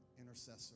intercessor